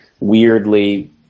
weirdly